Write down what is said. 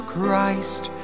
Christ